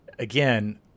Again